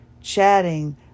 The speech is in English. chatting